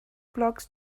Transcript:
blocks